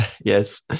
Yes